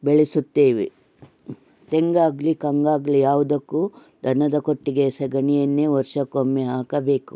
ಬೆಳೆಸುತ್ತೇವೆ ತೆಂಗಾಗಲಿ ಕಂಗಾಗಲಿ ಯಾವುದಕ್ಕೂ ದನದ ಕೊಟ್ಟಿಗೆಯ ಸಗಣಿಯನ್ನೇ ವರ್ಷಕೊಮ್ಮೆ ಹಾಕಬೇಕು